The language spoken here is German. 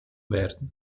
werden